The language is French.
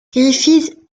griffith